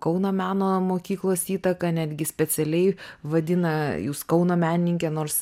kauno meno mokyklos įtaka netgi specialiai vadina jus kauno menininke nors